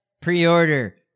Pre-order